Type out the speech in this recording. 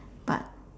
but